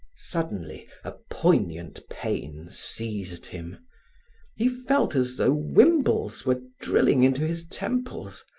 suddenly a poignant pain seized him he felt as though wimbles were drilling into his temples.